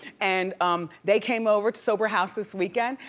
and they came over to sober house this weekend,